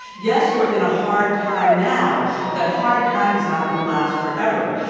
yes, we're in a hard time now, but that hard time is not going to last forever.